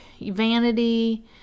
vanity